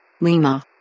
Lima